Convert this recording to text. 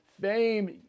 Fame